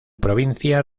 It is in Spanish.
provincia